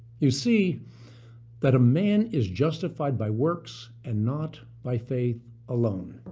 you see that a man is justified by works, and not by faith alone.